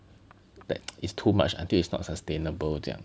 that is too much until it's not sustainable 这样